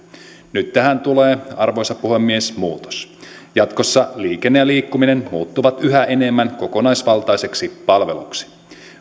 nyt tähän tulee arvoisa puhemies muutos jatkossa liikenne ja liikkuminen muuttuvat yhä enemmän kokonaisvaltaiseksi palveluksi